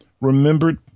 remembered